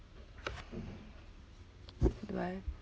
bye